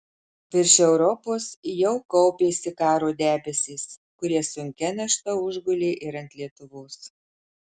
virš europos jau kaupėsi karo debesys kurie sunkia našta užgulė ir ant lietuvos